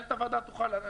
מנהלת הוועדה יכולה לומר.